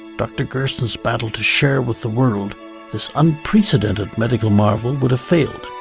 dr. gerson's battle to share with the world this unprecedented medical marvel would have failed.